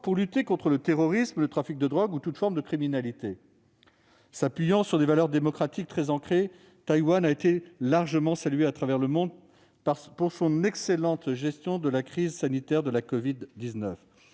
pour lutter contre le terrorisme, le trafic de drogue et toutes les formes de criminalité. S'appuyant sur des valeurs démocratiques profondément ancrées, Taïwan a été largement saluée à travers le monde pour son excellente gestion de la crise sanitaire liée à la covid-19.